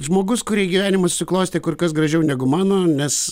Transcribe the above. žmogus kurį gyvenimas suklostė kur kas gražiau negu mano nes